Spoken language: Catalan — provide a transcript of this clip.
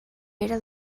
pere